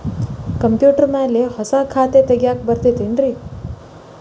Computer ಮ್ಯಾಲೆ ಹೊಸಾ ಖಾತೆ ತಗ್ಯಾಕ್ ಬರತೈತಿ ಏನ್ರಿ?